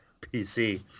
PC